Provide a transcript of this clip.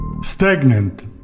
Stagnant